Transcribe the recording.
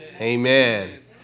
Amen